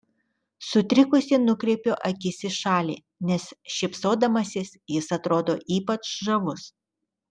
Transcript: sutrikusi nukreipiu akis į šalį nes šypsodamasis jis atrodo ypač žavus